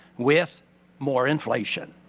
with more inflation.